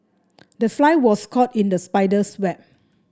the fly was caught in the spider's web